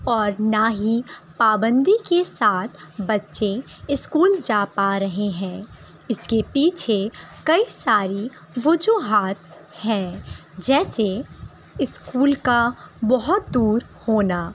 اور نہ ہی پابندی کے ساتھ بچے اسکول جا پا رہے ہیں اس کے پیچھے کئی ساری وجوہات ہیں جیسے اسکول کا بہت دور ہونا